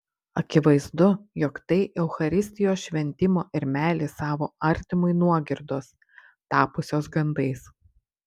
akivaizdu jog tai eucharistijos šventimo ir meilės savo artimui nuogirdos tapusios gandais